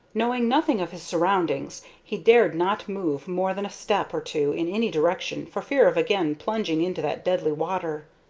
knowing nothing of his surroundings he dared not move more than a step or two in any direction for fear of again plunging into that deadly water.